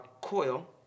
coil